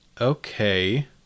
Okay